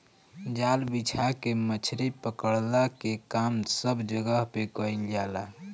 जाल बिछा के मछरी पकड़ला के काम सब जगह पे कईल जाला